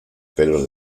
pelos